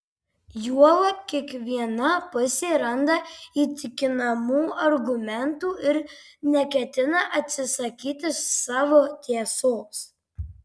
juolab kiekviena pusė randa įtikinamų argumentų ir neketina atsisakyti savo tiesos